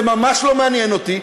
זה ממש לא מעניין אותי,